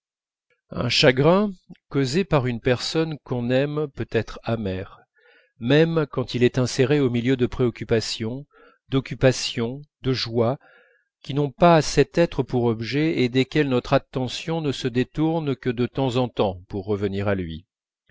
un chagrin causé par une personne qu'on aime peut être amer même quand il est inséré au milieu de préoccupations de joies qui n'ont pas cet être pour objet et desquelles notre attention ne se détourne que de temps en temps pour revenir à lui